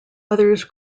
others